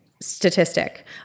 statistic